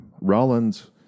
Rollins